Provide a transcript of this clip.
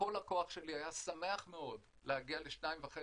וכל לקוח שלי היה שמח מאוד להגיע ל-2.5